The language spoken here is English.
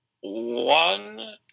one